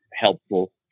helpful